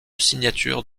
signature